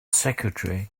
secretary